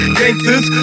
gangsters